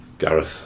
Gareth